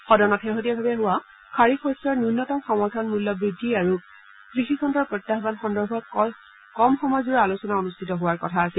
সদনত শেহতীয়াভাৱে হোৱা খাৰিফ শস্যৰ ন্যনতম সমৰ্থন মূল্য বৃদ্ধি আৰু কৃষিখণ্ডৰ প্ৰত্যাহ্বান সন্দৰ্ভত কম সময়জোৰা আলোচনা অনুষ্ঠিত হোৱাৰ কথা আছিল